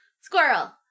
Squirrel